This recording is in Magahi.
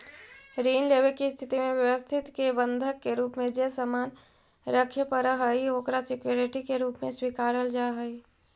ऋण लेवे के स्थिति में व्यक्ति के बंधक के रूप में जे सामान रखे पड़ऽ हइ ओकरा सिक्योरिटी के रूप में स्वीकारल जा हइ